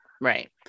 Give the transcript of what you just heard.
Right